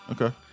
Okay